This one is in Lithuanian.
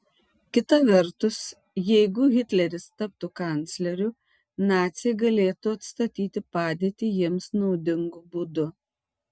kita vertus jeigu hitleris taptų kancleriu naciai galėtų atstatyti padėtį jiems naudingu būdu